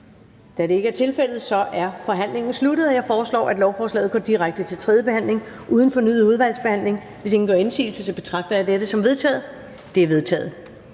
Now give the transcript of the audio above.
Da det ikke er tilfældet, er forhandlingen sluttet. Jeg foreslår, at lovforslaget går direkte til tredje behandling uden fornyet udvalgsbehandling. Hvis ingen gør indsigelse, betragter jeg dette som vedtaget. Det er vedtaget.